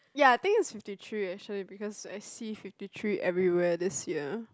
ya I think is fifty three actually because I see fifty three everywhere this year